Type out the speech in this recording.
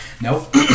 Nope